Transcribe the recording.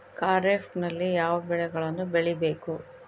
ಖಾರೇಫ್ ನಲ್ಲಿ ಯಾವ ಬೆಳೆಗಳನ್ನು ಬೆಳಿಬೇಕು?